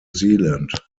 zealand